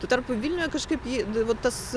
tuo tarpu vilniuje kažkaip ji vat tas